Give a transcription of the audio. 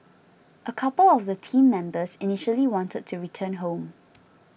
a couple of the team members initially wanted to return home